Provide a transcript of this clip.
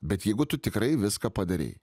bet jeigu tu tikrai viską padarei